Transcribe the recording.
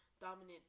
dominant